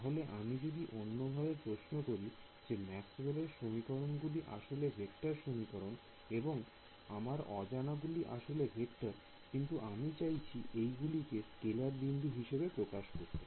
তাহলে আমি যদি অন্যভাবে প্রশ্ন করি যে ম্যাক্সওয়েলের সমীকরণ গুলি আসলে ভেক্টর সমীকরণ এবং আমার অজানা গুলি আসলে ভেক্টর কিন্তু আমি চাইছি এই গুলিকে স্কেলার বিন্দু হিসেবে প্রকাশ করতে